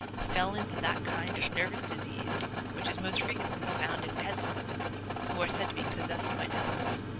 fell into that kind of nervous disease which is most frequently found in peasant women who are said to be possessed by devils.